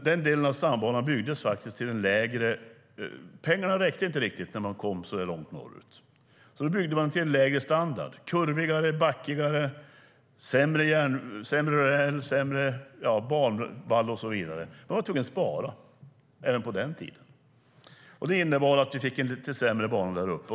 Den delen av stambanan byggdes faktiskt till en lägre standard. Pengarna räckte inte riktigt när man kom så långt norrut. Då byggde man till en lägre standard. Det är kurvigare, backigare, sämre räls, sämre banvall och så vidare. Man var tvungen att spara även på den tiden. Det innebar att vi fick en lite sämre bana där uppe.